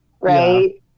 right